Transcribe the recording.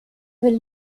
will